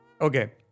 Okay